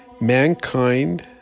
mankind